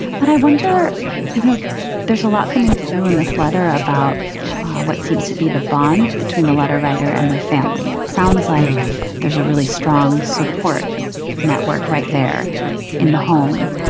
but i wonder you know there's a lot coming through in this letter about what seems to be the bond between the letter writer and their family. sounds like there's a really strong support network right there in the home.